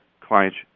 clients